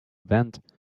vent